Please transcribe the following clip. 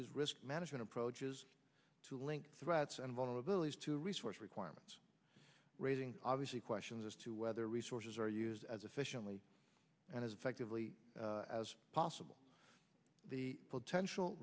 use risk management approaches to link threats and vulnerabilities to resource requirements raising obviously questions as to whether resources are used as efficiently and effectively as possible the potential